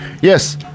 Yes